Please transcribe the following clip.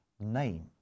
name